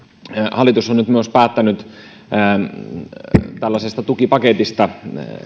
hallitus on nyt päättänyt myös tällaisesta tukipaketista